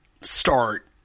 start